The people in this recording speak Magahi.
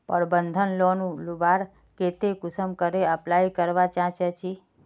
प्रबंधन लोन लुबार केते कुंसम करे अप्लाई करवा चाँ चची?